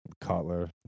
Cutler